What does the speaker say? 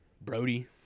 Brody